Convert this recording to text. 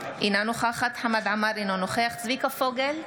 אינה נוכחת חמד עמאר, אינו נוכח צביקה פוגל,